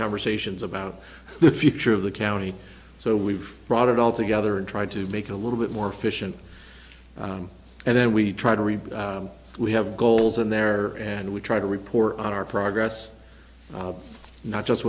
conversations about the future of the county so we've brought it all together and tried to make a little bit more efficient and then we try to read we have goals in there and we try to report on our progress not just